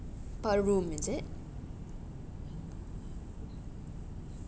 per room is it